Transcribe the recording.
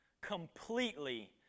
completely